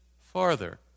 farther